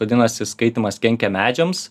vadinasi skaitymas kenkia medžiams